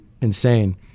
insane